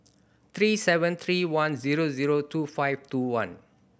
three seven three one zero zero two five two one